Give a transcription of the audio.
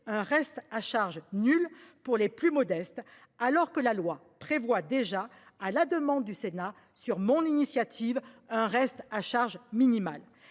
un reste à charge nul pour les plus modestes, alors que la loi prévoit déjà à la demande du Sénat sur mon initiative un reste à charge minimale